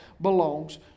belongs